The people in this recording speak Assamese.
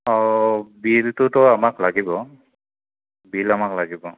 অঁ বিলটোতো আমাক লাগিব বিল আমাক লাগিব